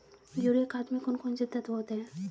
Urea खाद में कौन कौन से तत्व होते हैं?